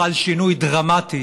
חל שינוי דרמטי